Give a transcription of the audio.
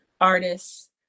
artists